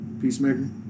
Peacemaker